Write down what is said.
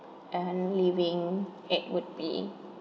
and leaving it would be